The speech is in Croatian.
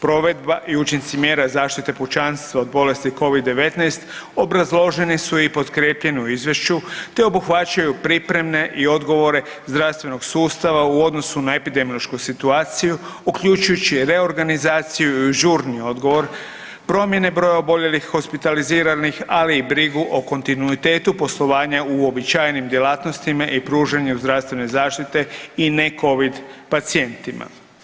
Provedba i učinci mjera zaštite pučanstva od bolesti Covid-19 obrazložene su i potkrijepljene u izvješću, te obuhvaćaju pripremne i odgovore zdravstvenog sustava u odnosu na epidemiološku situaciju uključujući reorganizaciju i žurni odgovor, promjene broja oboljelih i hospitaliziranih, ali i brigu o kontinuitetu poslovanja u uobičajenim djelatnostima i pružanju zdravstvene zaštite i ne covid pacijentima.